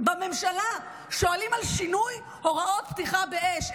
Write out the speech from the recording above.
בממשלה שואלים על שינוי הוראות הפתיחה באש.